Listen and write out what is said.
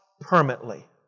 permanently